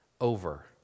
over